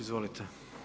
Izvolite.